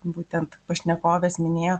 būtent pašnekovės minėjo